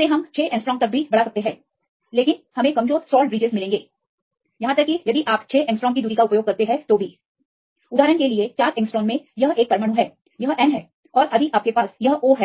और हम 6 एंग्स्ट्रॉम तक बढ़ा सकते हैं लेकिन कमजोर सॉल्ट ब्रीजेस होंगे यहां तक कि अगर आप 6 एंग्स्ट्रॉम की दूरी का उपयोग करते हैं उदाहरण के लिए 4 एंगस्ट्रॉम में यह 1 परमाणु है यह N है और यदि आपके पास यह O है